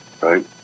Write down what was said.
right